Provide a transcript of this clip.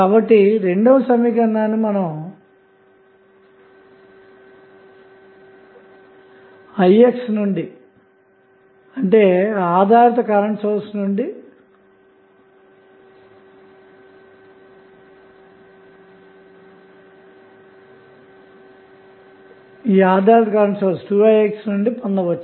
కాబట్టి రెండవ సమీకరణాన్ని మనం i x నుండి అనగా ఆధారిత కరెంటు సోర్స్ అయిన 2i x నుండి పొందవచ్చు